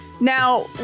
Now